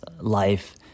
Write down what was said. life